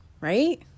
right